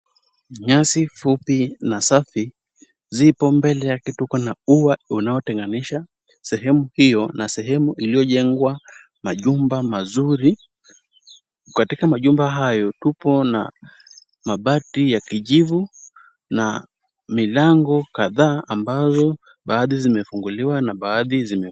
Nyasi fupi na safi zipo mbele ya kitu kuna ua unaotenganisha sehemu hiyo na sehemu iliyojengwa majumba mazuri. Katika majumba hayo tupo na mabati ya kijivu na milango kadhaa ambazo baadhi zimefunguliwa na baadhi zimefungwa.